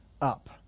up